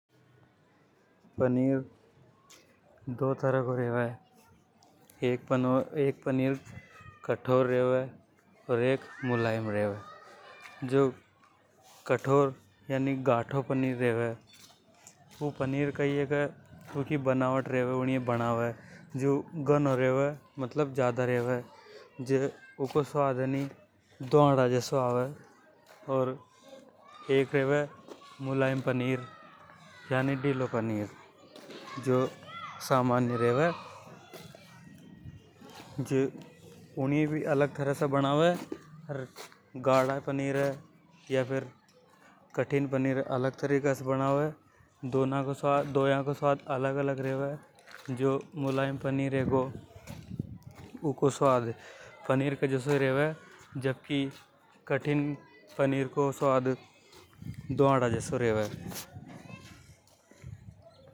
पनीर दो तरह को रेवे एक जो कठोर यानी घाटों पनीर रेवे ऊ पनीर कई हे की बनावट रेवे ऊ कई हे के घनों रेवे ज्यादा रेवे जे इको स्वाद धावड़ा के नई से रेवे और एक रेवे मुलायम पनीर को की ढ़ीलो रेवे। जो ऊनिये भी अलग तरह से बनावे अर गढ़ पनीर ये या फेर कठिन पनीर ये अलग तरह से बनावे ढोया को स्वाद अलग अलग रेवे। जो मुलायम पनीर होगा उको स्वाद पनीर जैसा ही रेवे जबकि गढ़ा पनीर को स्वाद धुआं जाओ रेवे।